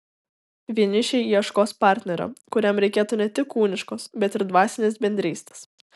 vienišiai ieškos partnerio kuriam reikėtų ne tik kūniškos bet ir dvasinės bendrystės